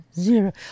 Zero